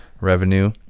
revenue